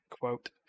quote